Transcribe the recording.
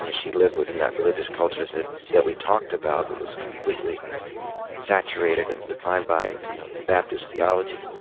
um she lived within that religious culture that that we talked about that was completely saturated and defined by you know baptist theology.